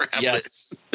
yes